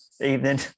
evening